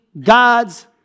God's